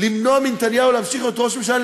למנוע מנתניהו להמשיך להיות ראש ממשלה,